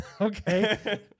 Okay